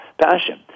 passion